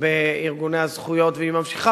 ממשיכה בארגוני הזכויות והיא ממשיכה